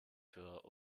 für